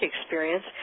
experience